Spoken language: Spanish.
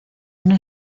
una